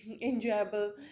enjoyable